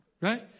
Right